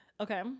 Okay